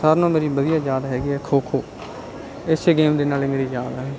ਸਾਰਿਆਂ ਨਾਲੋਂ ਮੇਰੀ ਵਧੀਆ ਯਾਦ ਹੈਗੀ ਹੈ ਖੋ ਖੋ ਇਸ ਗੇਮ ਦੇ ਨਾਲ ਹੀ ਮੇਰੀ ਯਾਦ ਆ